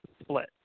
split